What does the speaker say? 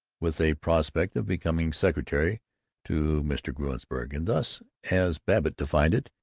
with a prospect of becoming secretary to mr. gruensberg and thus, as babbitt defined it,